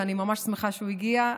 ואני ממש שמחה שהוא הגיע,